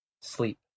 sleep